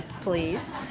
please